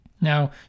Now